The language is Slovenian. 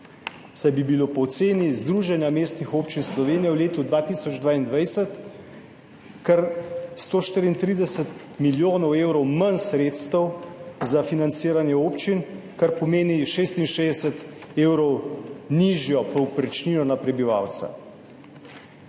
saj bi bilo po oceni Združenja mestnih občin Slovenije v letu 2022 kar 134 milijonov evrov manj sredstev za financiranje občin, kar pomeni 66 evrov nižjo povprečnino na prebivalca.